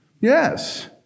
Yes